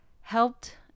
helped